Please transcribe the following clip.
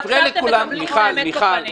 ועכשיו אתם מקבלים את האמת בפנים.